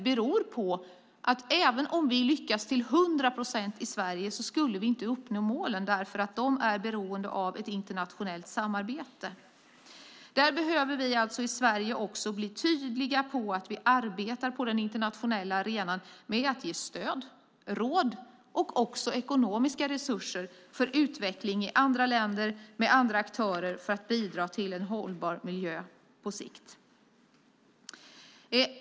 Även om vi skulle lyckas till 100 procent i Sverige skulle vi inte uppnå målen, eftersom de är beroende av ett internationellt samarbete. Där behöver vi i Sverige också bli tydliga med att vi arbetar på den internationella arenan. Det handlar om att ge stöd, råd och också ekonomiska resurser för utveckling i andra länder med andra aktörer för att bidra till en hållbar miljö på sikt.